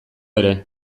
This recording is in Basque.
ere